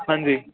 हांजी